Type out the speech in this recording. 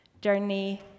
journey